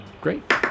great